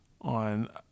on